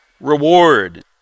reward